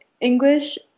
English